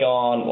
on